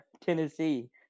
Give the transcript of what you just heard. Tennessee